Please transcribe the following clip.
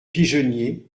pigeonnier